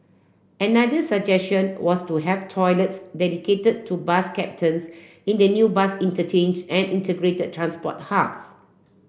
another suggestion was to have toilets dedicated to bus captains in the new bus interchange and integrated transport hubs